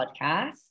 podcast